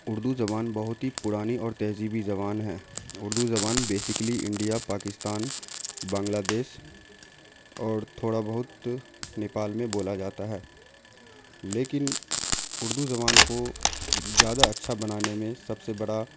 اردو زبان بہت ہی پرانی اور تہذیبی زبان ہے اردو زبان basically India Pakistan Bangladesh اور تھوڑا بہت نیپال میں بولا جاتا ہے لیکن اردو جبان کو زیادہ اچھا بنانے میں سب سے بڑا